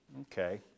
Okay